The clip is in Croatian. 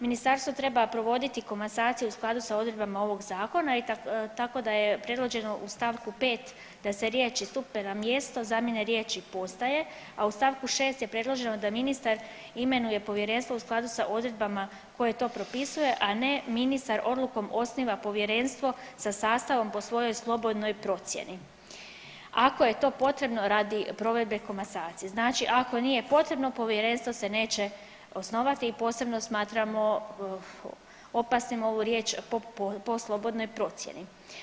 Ministarstvo treba provoditi komasaciju u skladu sa odredbama ovog zakona tako da je predloženo u st. 5. da se riječi … [[Govornik se ne razumije]] zamjene riječi „postaje“, a u st. 6. je predloženo da ministar imenuje povjerenstvo u skladu sa odredbama koje to propisuju, a ne ministar odlukom osniva povjerenstvom sa sastavom po svojoj slobodnoj procjeni ako je to potrebno radi provedbe komasacije, znači ako nije potrebno povjerenstvo se neće osnovati i posebno smatramo opasnim ovu riječ „po slobodnoj procijeni“